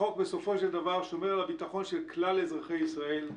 החוק בסופו של דבר שומר על הביטחון של כלל אזרחי ישראל,